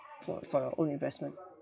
for for your own investment